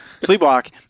Sleepwalk